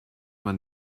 man